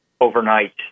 overnight